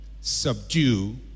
subdue